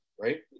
right